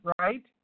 right